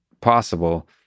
possible